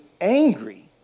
angry